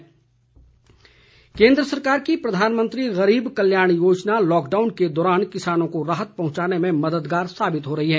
गरीब कल्याण योजना केन्द्र सरकार की प्रधानमंत्री गरीब कल्याण योजना लॉकडाउन के दौरान किसानों को राहत पहुंचाने में मददगार साबित हो रही है